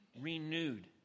renewed